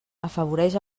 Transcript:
afavoreix